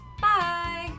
Bye